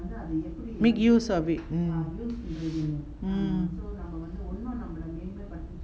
make use of it mm mm